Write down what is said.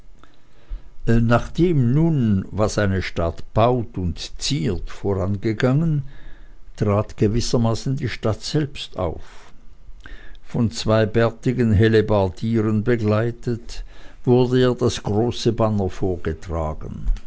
nachdem nun was eine stadt baut und ziert vorangegangen trat gewissermaßen die stadt selbst auf von zwei bärtigen hellebardieren begleitet wurde ihr das große banner vorgetragen